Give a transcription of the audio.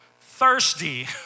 thirsty